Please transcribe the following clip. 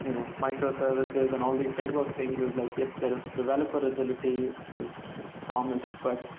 you know microservices and all these framework things is like, yes, there is developer agility is is promised. but